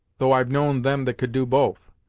though i've known them that could do both.